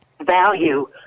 value